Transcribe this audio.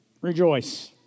Rejoice